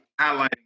highlighting